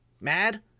mad